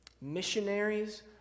Missionaries